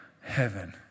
heaven